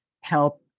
help